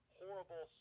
horrible